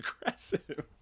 aggressive